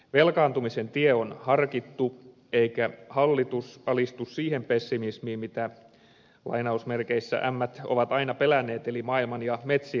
velkaantumisen tie on harkittu eikä hallitus alistu siihen pessimismiin mitä lainausmerkeissä ämmät ovat aina pelänneet eli maailman ja metsien loppumiseen